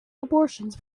abortions